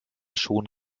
schon